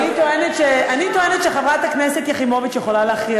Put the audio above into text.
אני טוענת שחברת הכנסת יחימוביץ יכולה להכריע.